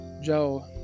Joe